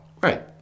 Right